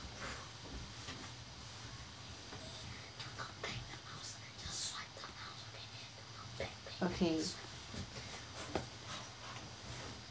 okay